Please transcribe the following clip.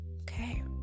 Okay